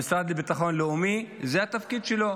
המשרד לביטחון לאומי, זה התפקיד שלו.